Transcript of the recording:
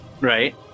Right